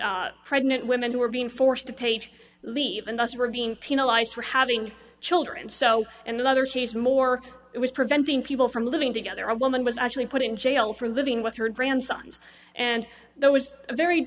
pregnant women who are being forced to take leave and thus we're being penalized for having children so and another she's more it was preventing people from living together a woman was actually put in jail for living with her grandsons and there was a very